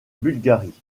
bulgarie